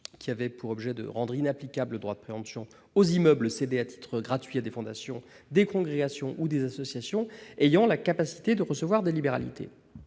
qui avait pour objet de rendre inapplicable le droit de préemption aux immeubles cédés à titre gratuit à des fondations, des congrégations ou des associations ayant la capacité de recevoir des libéralités.